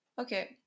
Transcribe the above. okay